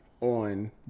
on